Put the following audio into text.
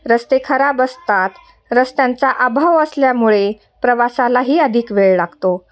रस्ते खराब असतात रस्त्यांचा अभाव असल्यामुळे प्रवासालाही अधिक वेळ लागतो